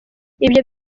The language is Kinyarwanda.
ibyo